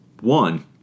One